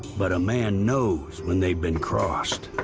but a man knows when they've been crossed.